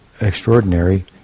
extraordinary